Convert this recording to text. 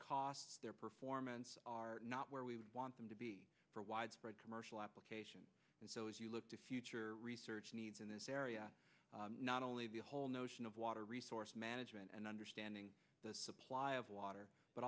costs their performance are not where we want them to be for widespread commercial application and so as you look to future research needs in this area not only the whole notion of water resource management and understanding the supply of water but